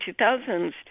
2000s